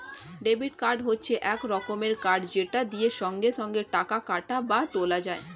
debit card হচ্ছে এক রকমের কার্ড যেটা দিয়ে সঙ্গে সঙ্গে টাকা কাটা বা তোলা যায়